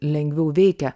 lengviau veikia